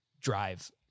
drive